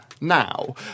now